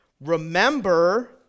Remember